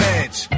edge